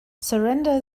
surrender